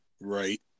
Right